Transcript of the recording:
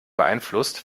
beeinflusst